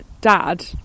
dad